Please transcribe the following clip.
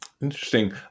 interesting